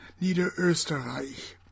Niederösterreich